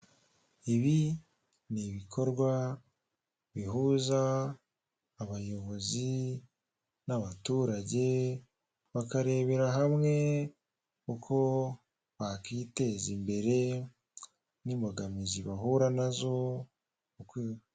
Ibi ni ibikorwa bihuza abayobozi n'abaturage bakarebera hamwe uko bakiteza imbere n'imbogamizi bahura na zo mu kwi...